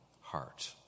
heart